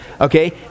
Okay